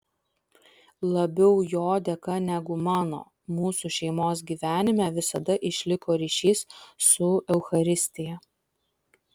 labiau jo dėka negu mano mūsų šeimos gyvenime visada išliko ryšys su eucharistija